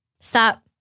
Stop